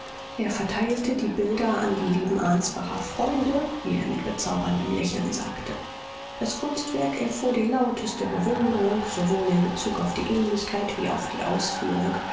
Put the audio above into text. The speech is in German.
er verteilte die bilder an die lieben ansbacher freunde wie er mit bezauberndem lächeln sagte das kunstwerk erfuhr die lauteste bewunderung sowohl in bezug auf die ähnlichkeit wie auf die ausführung